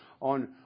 on